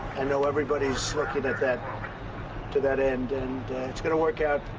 i know everybody's looking at that to that end. and it's going to work out.